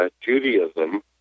Judaism